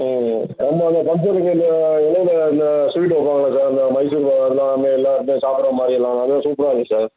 ம் நம்ம இந்த இலையில இந்த ஸ்வீட் வைப்பாங்கல்ல சார் இந்த மைசூர்பாக்கு எல்லாம் எல்லாம் சாப்பிடற மாதிரி எல்லாம் அது சூப்பராக இருக்கும் சார்